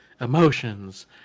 emotions